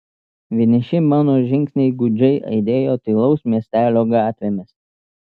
vieniši mano žingsniai gūdžiai aidėjo tylaus miestelio gatvėmis